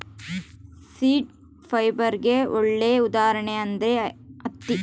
seed ಫೈಬರ್ಗೆ ಒಳ್ಳೆ ಉದಾಹರಣೆ ಅಂದ್ರೆ ಹತ್ತಿ